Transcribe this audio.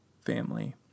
family